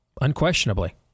unquestionably